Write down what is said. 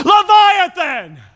Leviathan